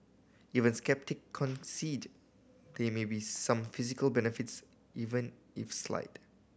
even sceptic concede there may be some physical benefits even if slide